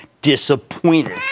disappointed